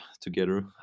together